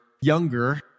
younger